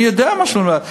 אני יודע מה שאני אומר.